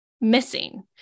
missing